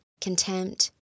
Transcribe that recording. contempt